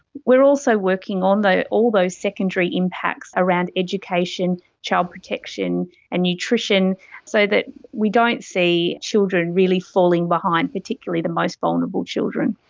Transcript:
we are also working on all those secondary impacts around education, child protection and nutrition so that we don't see children really falling behind, particularly the most vulnerable children.